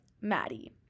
Maddie